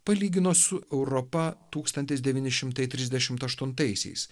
palygino su europa tūkstantis devyni šimtai trisdešim aštuntaisiais